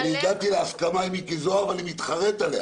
אני הגעתי להסכמה עם מיקי זוהר ואני מתחרט עליה,